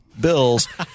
bills